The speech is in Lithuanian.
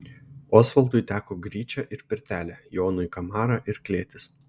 osvaldui teko gryčia ir pirtelė jonui kamara ir klėtis